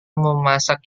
memasak